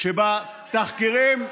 כשבתחקירים,